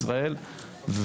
-- במדינת ישראל,